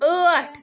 ٲٹھ